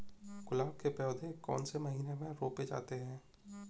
गुलाब के पौधे कौन से महीने में रोपे जाते हैं?